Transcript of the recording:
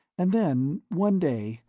and then, one day,